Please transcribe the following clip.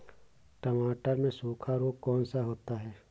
टमाटर में सूखा रोग कौन सा होता है?